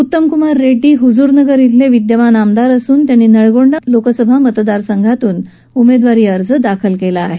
उत्तमकुमार रेड्डी हुजूर नगर श्वेले विद्यमान आमदार असून त्यांनी नलगोंडा लोकसभा मतदारसंघातून उमेदवारी अर्ज दाखल केला आहे